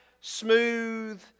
smooth